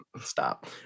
Stop